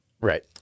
Right